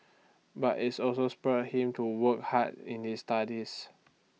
but is also spurred him to work hard in his studies